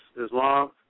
Islam